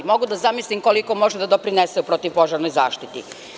Mogu da zamislim koliko može da doprinese u protivpožarnoj zaštiti.